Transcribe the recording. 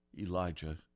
Elijah